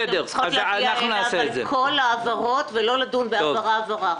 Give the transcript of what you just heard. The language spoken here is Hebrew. שצריכות להגיע לכאן כל ההעברות ולא לדון בהעברה-העברה,